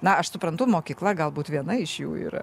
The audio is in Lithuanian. na aš suprantu mokykla galbūt viena iš jų yra